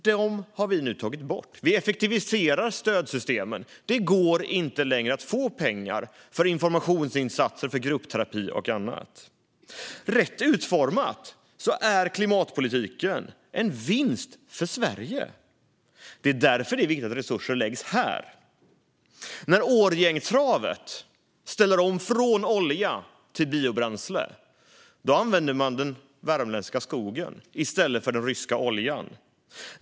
Dem har vi nu tagit bort. Vi effektiviserar stödsystemen. Det går inte längre att få pengar för informationsinsatser, gruppterapi och annat. Rätt utformad är klimatpolitiken en vinst för Sverige. Det är därför som det är viktigt att resurser läggs här. När Årjängstravet ställer om från olja till biobränsle använder man den värmländska skogen i stället för den ryska oljan.